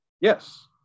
Yes